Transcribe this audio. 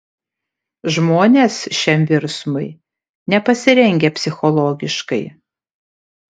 žmonės šiam virsmui nepasirengę psichologiškai